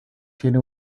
tiene